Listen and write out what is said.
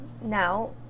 now